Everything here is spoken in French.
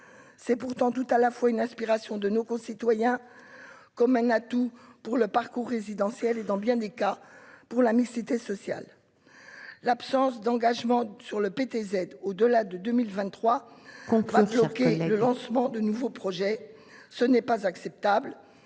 c'est pourtant tout à la fois une aspiration de nos concitoyens comme un atout pour le parcours résidentiel et dans bien des cas pour la mixité sociale, l'absence d'engagement sur le PTZ au delà de 2023, comprendre ce qu'est le lancement de nouveaux projets, ce n'est pas acceptable